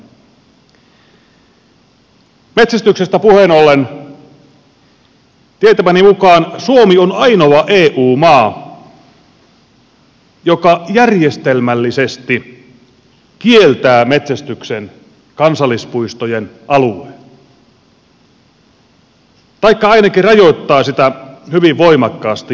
metsästyksestä puheen ollen tietämäni mukaan suomi on ainoa eu maa joka järjestelmällisesti kieltää metsästyksen kansallispuistojen alueella taikka ainakin rajoittaa sitä hyvin voimakkaasti